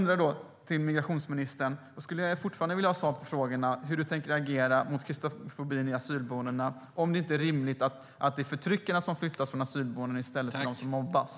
Därför vill jag fortfarande ha svar på frågorna: Tänker migrationsministern agera mot kristofobin på asylboendena, och är det inte rimligt att det är förtryckarna som flyttas från boendena i stället för dem som mobbas?